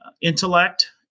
intellect